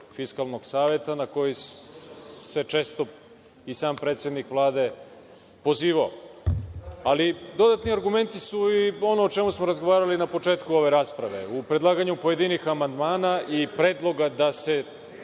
Fiskalnog saveta, na koji se često i sam predsednik Vlade pozivao. Ali, dodatni argumenti su i ono o čemu smo razgovarali na početku ove rasprave, u predlaganju pojedinih amandmana i predloga da se